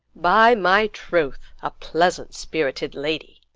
by my troth, a pleasant spirited lady.